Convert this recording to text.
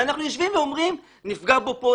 ואנחנו יושבים ואומרים שנפגע בו כאן,